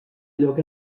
lloc